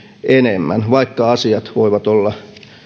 enemmän vaikka asiat voivat olla